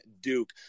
Duke